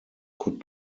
could